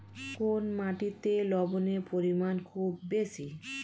কোন মাটিতে লবণের পরিমাণ খুব বেশি?